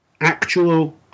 actual